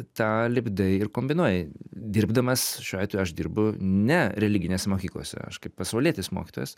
tą lipdai ir kombinuoji dirbdamas šiuo atveju aš dirbu nereliginėse mokyklose aš kaip pasaulietis mokytojas